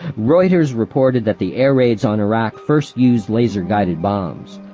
reuters reported that the air raids on iraq first used laser-guided bombs,